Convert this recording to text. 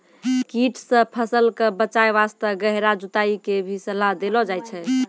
कीट सॅ फसल कॅ बचाय वास्तॅ गहरा जुताई के भी सलाह देलो जाय छै